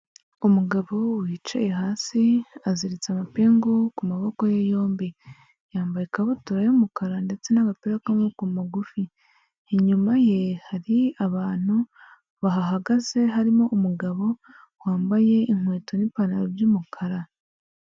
Umugabo wicaye hasi aziritse amapingu ku maboko ye yombi, yambaye ikabutura y'umukara ndetse n'agapira k'amaboko magufi, inyuma ye hari abantu bahagaze harimo umugabo wambaye inkweto n'ipantaro by'umukara.